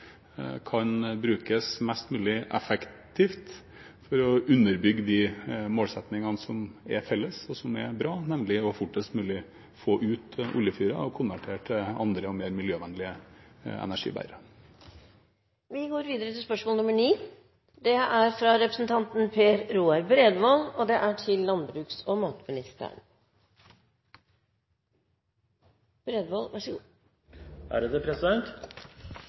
kan brukes mest mulig effektivt for å underbygge de målsettingene som er felles, og som er bra, nemlig fortest mulig å få ut oljefyrer og konvertere til andre og mer miljøvennlige energibærere. Jeg ønsker å stille følgende spørsmål til landbruks- og matministeren: «I noen få tilfeller blir et gårdsbruk brukt til kriminell handling, og